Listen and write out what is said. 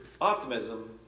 optimism